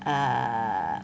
err